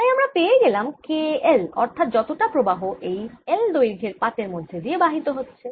তাই আমরা পেয়ে গেলাম K L অর্থাৎ যতটা প্রবাহ এই L দৈর্ঘ্যের পাতের মধ্যে দিয়ে বাহিত হচ্ছে